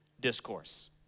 discourse